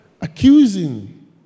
accusing